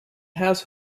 has